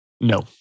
No